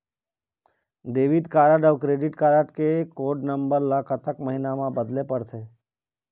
Debit card अऊ credit card के code number ला कतक महीना मा बदले पड़थे?